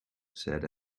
said